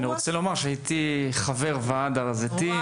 אני רוצה לומר שהייתי חבר בוועד הר הזיתים.